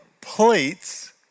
plates